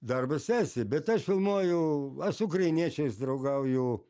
darbas tęsi bet aš filmuoju aš su ukrainiečiais draugauju